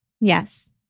Yes